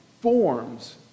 forms